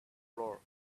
floor